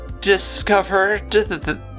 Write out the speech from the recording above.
discovered